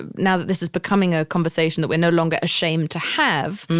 and now that this is becoming a conversation that we're no longer ashamed to have.